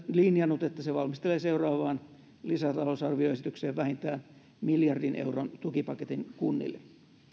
linjannut että se valmistelee seuraavaan lisätalousarvioesitykseen vähintään miljardin euron tukipaketin kunnille